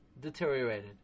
deteriorated